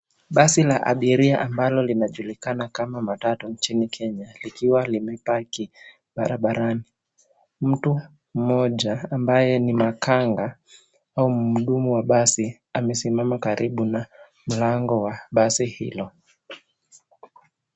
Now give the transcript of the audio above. Basi la abiria ambalo linajulikana kama matatu nchini Kenya likiwa limepaki barabarani. Mtu mmoja ambaye ni makanga au mhudumu wa basi amesimama karibu na mlango wa basi hilo.